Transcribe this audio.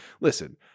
Listen